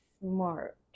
smart